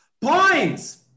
Points